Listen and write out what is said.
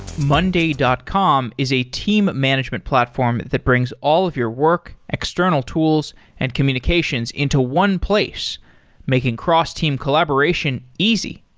monday dot com is a team management platform that brings all of your work, external tools and communications into one place making cross-team collaboration easy.